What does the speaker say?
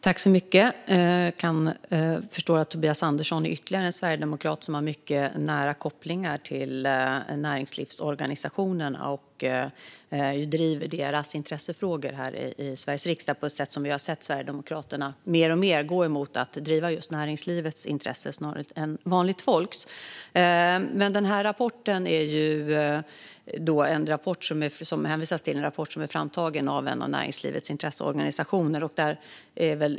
Herr talman! Jag förstår att Tobias Andersson är ytterligare en sverigedemokrat som har mycket nära kopplingar till näringslivsorganisationerna och driver deras intressefrågor här i Sveriges riksdag. Vi har sett Sverigedemokraterna mer och mer gå mot att driva just näringslivets intressen snarare än vanligt folks. Det hänvisas till en rapport som är framtagen av en av näringslivets intresseorganisationer.